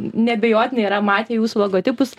neabejotinai yra matę jūsų logotipus